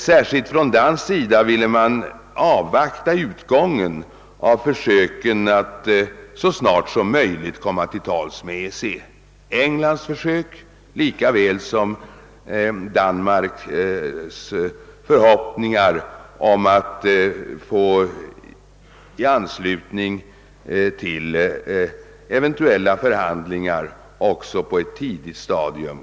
Särskilt från dansk sida ville man avvakta utgången av försöken att så snart som möjligt komma till tals med EEC, både när det gällde Englands försök och Danmarks förhoppningar om att i anslutning till eventuella förhandlingar komma med på ett tidigt stadium.